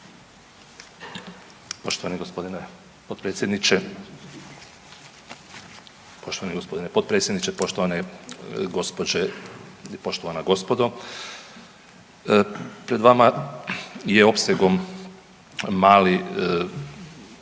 poštovani g. potpredsjedniče, poštovane gospođe i poštovana gospodo. Pred vama je opsegom mali